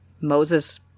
Moses